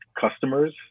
customers